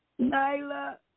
Nyla